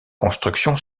construction